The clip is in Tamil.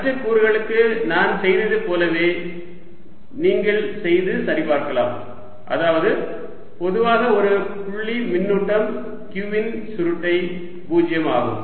மற்ற கூறுகளுக்கு நான் செய்ததைப் போலவே நீங்கள் செய்து சரிபார்க்கலாம் அதாவது பொதுவாக ஒரு புள்ளி மின்னூட்டம் q இன் சுருட்டை 0 ஆகும்